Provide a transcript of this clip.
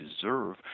deserve